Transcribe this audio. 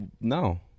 no